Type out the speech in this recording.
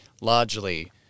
largely